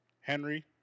Henry